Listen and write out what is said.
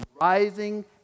rising